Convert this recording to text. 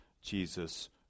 Jesus